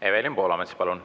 Evelin Poolamets, palun!